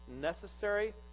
necessary